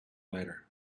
letter